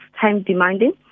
time-demanding